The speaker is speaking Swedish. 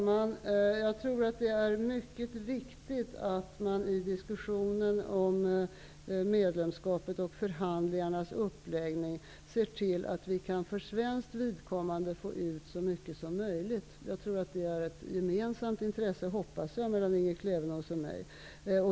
Herr talman! Det är mycket viktigt att man i diskussionen om medlemskapet och förhandlingarnas uppläggning ser till att vi för svenskt vidkommande kan få ut så mycket som möjligt. Det är ett gemensamt intresse, hoppas jag, för Lena Klevenås och mig.